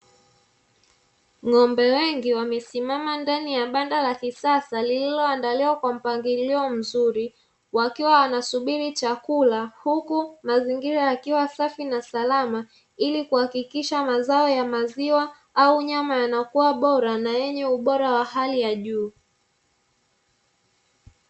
Ng'ombe wengi wamesimama ndani ya banda la kisasa lililoandaliwa kwa mpangilio mzuri wakiwa wanasubiri chakula huku mazingira yakiwa safi na salama ili kuhakikisha mazao ya maziwa au nyama yanakuwa bora na yenye ubora wa hali ya juu.